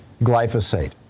glyphosate